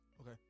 Okay